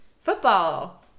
Football